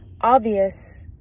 obvious